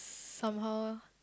somehow